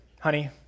Honey